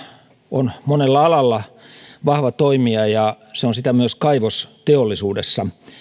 on monella alalla vahva toimija ja se on sitä myös kaivosteollisuudessa